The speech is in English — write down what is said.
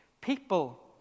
People